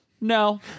no